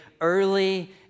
early